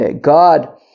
God